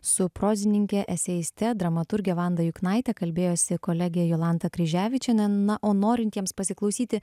su prozininke eseiste dramaturge vanda juknaite kalbėjosi kolegė jolanta kryževičienė na o norintiems pasiklausyti